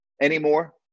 anymore